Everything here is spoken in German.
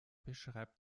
beschreibt